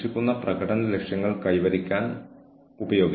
ജീവനക്കാരനോട് മോശമായ കാര്യങ്ങൾ പറയരുത്